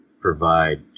provide